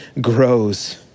grows